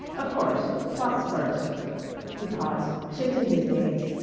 of course. plots first he paused, shifted his gaze.